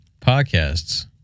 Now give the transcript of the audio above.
podcasts